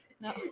No